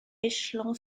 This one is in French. échelon